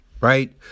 right